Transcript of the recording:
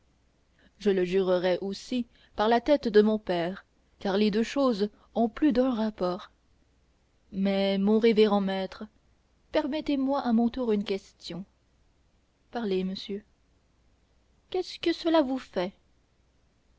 je le jurerais aussi par la tête de mon père car les deux choses ont plus d'un rapport mais mon révérend maître permettez-moi à mon tour une question parlez monsieur qu'est-ce que cela vous fait